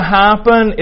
happen